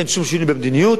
אין שום שינוי במדיניות.